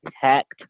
tact